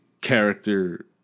character